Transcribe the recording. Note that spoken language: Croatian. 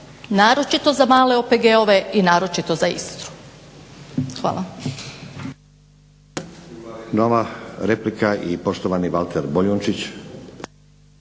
naročito za male OPG-ove i naročito za Istru. Hvala.